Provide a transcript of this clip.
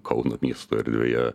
kauno miesto erdvėje